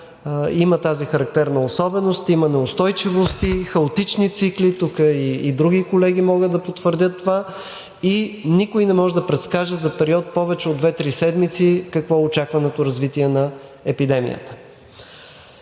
има тази характерна особеност, има неустойчивост, хаотични цикли, тук и други колеги могат да потвърдят това, и никой не може да предскаже за период повече от 2 – 3 седмици какво е очакваното развитие на епидемията.